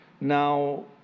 Now